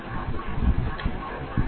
এটি আবেগের অভিব্যক্তি